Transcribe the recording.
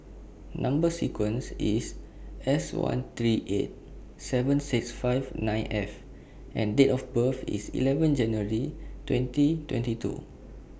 Number sequence IS S one three eight seven six five nine F and Date of birth IS eleven January twenty twenty two